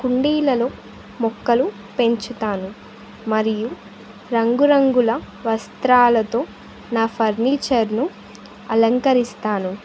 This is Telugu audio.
కుండీలలో మొక్కలు పెంచుతాను మరియు రంగురంగుల వస్త్రాలతో నా ఫర్నిచర్ను అలంకరిస్తాను